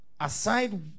Aside